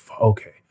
okay